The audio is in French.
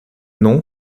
nom